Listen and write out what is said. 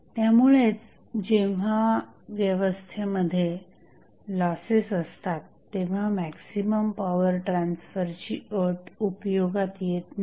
त्यामुळेच जेव्हा व्यवस्थेमध्ये लॉसेस असतात तेव्हा मॅक्झिमम पॉवर ट्रान्सफरची अट उपयोगात येत नाही